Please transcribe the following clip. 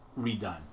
redone